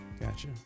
Gotcha